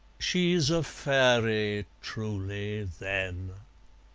she's a fairy truly, then!